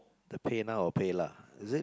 the PayNow or pay lah is it